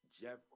Jeff